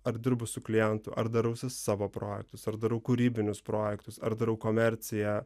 ar dirbu su klientu ar darausi savo projektus ar darau kūrybinius projektus ar darau komerciją